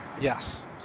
Yes